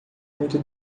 muito